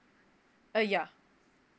uh yeah